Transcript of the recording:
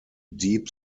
deep